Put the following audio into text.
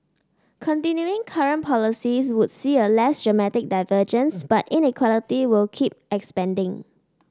continuing current policies would see a less dramatic divergence but inequality will keep expanding